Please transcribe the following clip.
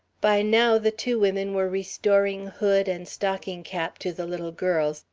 by now the two women were restoring hood and stocking cap to the little girls,